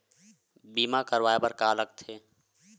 बीमा करवाय बर का का लगथे?